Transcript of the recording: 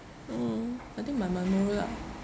mm I think my memorable ah